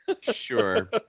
Sure